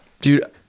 dude